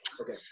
okay